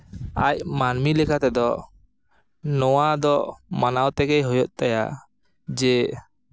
ᱟᱡ ᱢᱟᱹᱱᱢᱤ ᱞᱮᱠᱟ ᱛᱮᱫᱚ ᱱᱚᱣᱟ ᱫᱚ ᱢᱟᱱᱟᱣ ᱛᱮᱜᱮ ᱦᱩᱭᱩᱜ ᱛᱟᱭᱟ ᱡᱮ